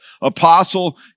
apostle